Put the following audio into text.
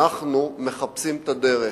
אנחנו מחפשים את הדרך,